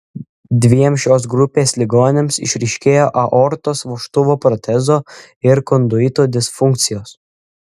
dviem šios grupės ligoniams išryškėjo aortos vožtuvo protezo ir konduito disfunkcijos